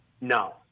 No